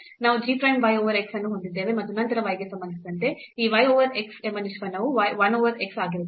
ನಾವು g prime y over x ಅನ್ನು ಹೊಂದಿದ್ದೇವೆ ಮತ್ತು ನಂತರ y ಗೆ ಸಂಬಂಧಿಸಿದಂತೆ ಈ y over x ಎಂಬ ನಿಷ್ಪನ್ನವು 1 over x ಆಗಿರುತ್ತದೆ